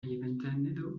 envenenado